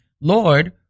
Lord